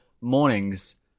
mornings